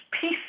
peace